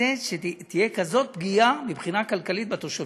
לתת שתהיה כזאת פגיעה מבחינה כלכלית בתושבים,